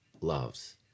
loves